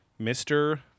Mr